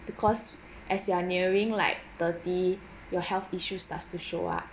because as you are nearing like thirty your health issues starts to show up